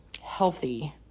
healthy